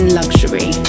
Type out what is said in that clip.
luxury